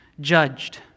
judged